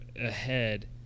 ahead